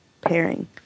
pairing